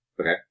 Okay